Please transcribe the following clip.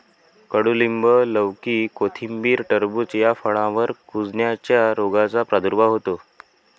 कडूलिंब, लौकी, कोथिंबीर, टरबूज या फळांवर कुजण्याच्या रोगाचा प्रादुर्भाव होतो